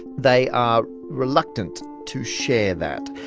they are reluctant to share that.